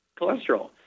cholesterol